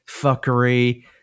fuckery